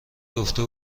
گفته